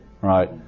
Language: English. right